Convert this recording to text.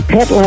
Pet